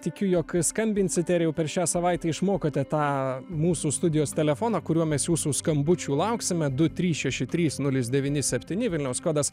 tikiu jog skambinsite ir jau per šią savaitę išmokote tą mūsų studijos telefoną kuriuo mes jūsų skambučių lauksime du trys šeši trys nulis devyni septyni vilniaus kodas